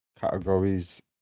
categories